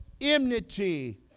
enmity